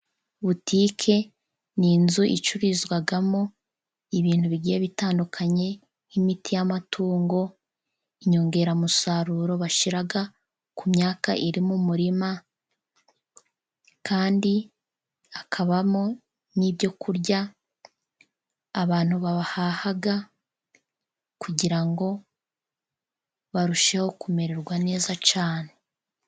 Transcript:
Butike ni inzu icururizwamo ibintu bigiye bitandukanye nk'imiti y'amatungo, inyongeramusaruro bashyira ku myaka iri mu murima, kandi hakabamo n'ibyo kurya abantu bahaha, kugira ngo barusheho kumererwa neza cyane.